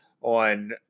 on